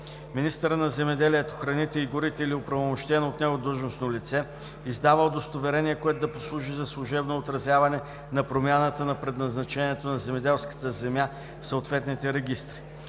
Министърът на земеделието, храните и горите или оправомощено от него длъжностно лице издава удостоверение, което да послужи за служебно отразяване на промяната на предназначението на земеделската земя в съответните регистри.